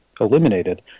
eliminated